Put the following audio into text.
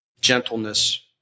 gentleness